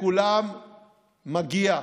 לכולם מגיע.